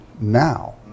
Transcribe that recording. now